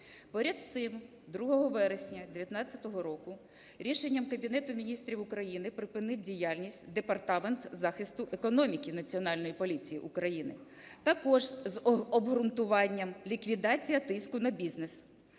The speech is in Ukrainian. Поряд із цим 2 вересня 19-го року рішенням Кабінету Міністрів України припинив діяльність департамент захисту економіки Національної поліції України також з обґрунтуванням: ліквідація тиску на бізнес.